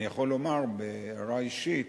אני יכול לומר בהערה אישית,